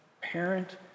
parent